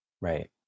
Right